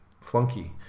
flunky